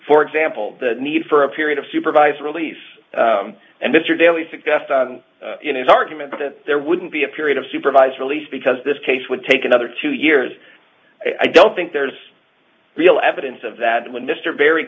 for example the need for a period of supervised release and mr daley suggests his argument that there wouldn't be a period of supervised release because this case would take another two years i don't think there's real evidence of that when mr b